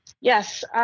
Yes